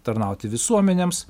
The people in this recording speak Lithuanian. tarnauti visuomenėms